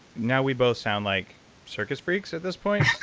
now, we both sound like circus freaks at this point,